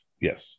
yes